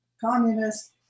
communists